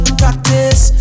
practice